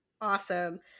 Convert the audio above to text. Awesome